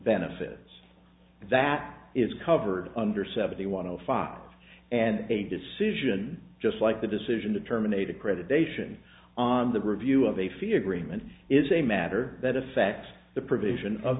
benefits that is covered under seventy want to file and a decision just like the decision to terminate accreditation on the review of a fee agreement is a matter that affects the provision of